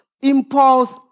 impulse